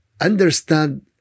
understand